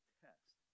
test